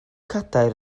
cadair